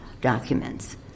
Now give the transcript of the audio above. documents